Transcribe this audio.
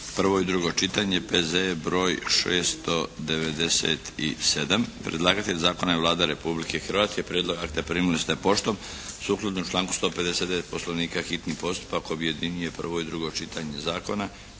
prvo i drugo čitanje P.Z.E. br. 697 Predlagatelj Zakona je Vlada Republike Hrvatske. Prijedlog akta primili ste poštom. Sukladno članku 159. Poslovnika hitni postupak objedinjuje prvo i drugo čitanje zakona.